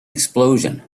explosion